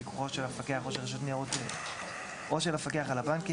לפיקוחו של המפקח או של רשות ניירות ערך או של המפקח על הבנקים,